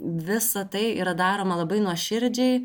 visa tai yra daroma labai nuoširdžiai